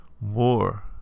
more